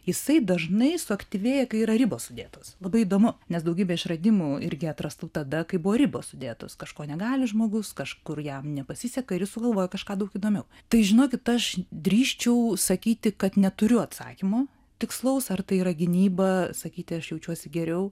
jisai dažnai suaktyvėja kai yra ribos sudėtos labai įdomu nes daugybė išradimų irgi atrastų tada kai buvo ribos sudėtos kažko negali žmogus kažkur jam nepasiseka ir sugalvoja kažką daug įdomiau tai žinokit aš drįsčiau sakyti kad neturiu atsakymo tikslaus ar tai yra gynyba sakyti aš jaučiuosi geriau